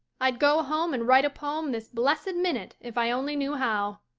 i'd go home and write a poem this blessed minute if i only knew how,